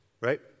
Right